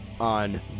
on